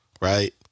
right